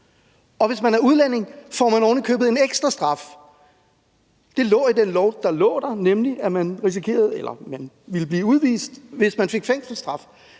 og hvis man er udlænding, får man ovenikøbet en ekstra straf. Dét lå i den lov, der var der, nemlig at man ville blive udvist, hvis man fik fængselsstraf.